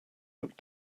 looked